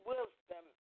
wisdom